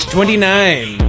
Twenty-nine